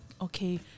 okay